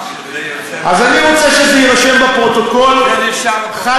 אז אני רוצה שזה יירשם בפרוטוקול, חד-משמעית.